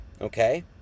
Okay